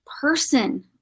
person